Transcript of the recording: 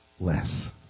less